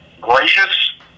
gracious